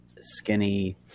skinny